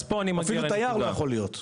אפילו תייר הוא לא יכול להיות.